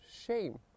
shame